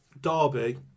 Derby